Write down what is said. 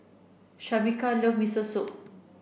Shameka love Miso Soup